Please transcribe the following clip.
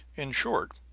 in short,